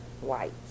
white